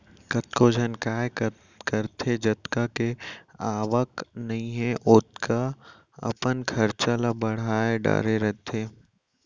कतको झन काय करथे जतका के आवक नइ हे ओतका अपन खरचा ल बड़हा डरे रहिथे